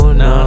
no